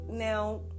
Now